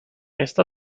esta